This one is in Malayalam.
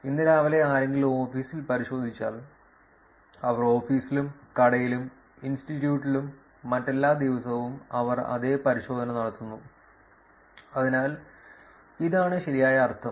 ഇന്ന് രാവിലെ ആരെങ്കിലും ഓഫീസിൽ പരിശോധിച്ചാൽ അവർ ഓഫീസിലും കടയിലും ഇൻസ്റ്റിറ്റ്യൂട്ടിലും മറ്റെല്ലാ ദിവസവും അവർ അതേ പരിശോധന നടത്തുന്നു അതിനാൽ ഇതാണ് ശരിയായ അർത്ഥം